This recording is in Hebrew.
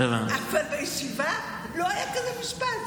אבל בישיבה לא היה כזה משפט.